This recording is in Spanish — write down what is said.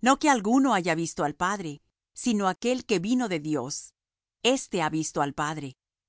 no que alguno haya visto al padre sino aquel que vino de dios éste ha visto al padre